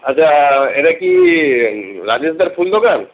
আচ্ছা এটা কি রাজেশদার ফুল দোকান